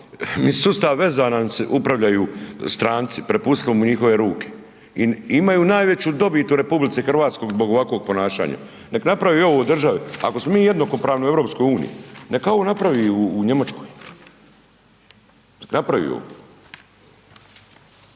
sustav veza nam se upravljaju stranci, prepustili im u njihove ruke, i imaju najveću dobit u Republici Hrvatskoj zbog ovakvog ponašanja. Nek' naprave ovo u državi, ako smo mi jednako pravno u Europskoj uniji, neka ovo napravi u Njemačkoj. Neka napravi ovo.